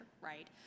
right